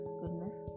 goodness